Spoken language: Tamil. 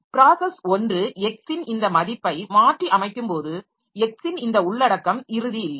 ப்ராஸஸ் 1 x ன் இந்த மதிப்பை மாற்றியமைக்கும்போது x ன் இந்த உள்ளடக்கம் இறுதி இல்லை